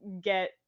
get